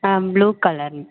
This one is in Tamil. ஆ ப்ளூ கலருங்க